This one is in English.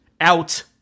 out